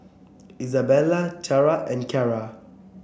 Izabella Tiarra and Kyara